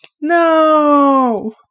No